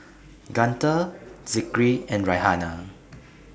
Guntur Zikri and Raihana